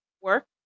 work